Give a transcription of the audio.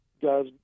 guys